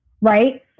Right